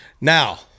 Now